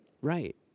right